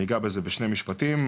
אני אגע בזה בשני משפטים: